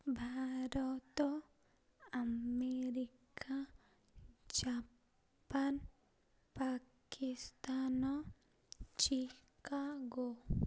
Bharat America Japan Pakistan Chicago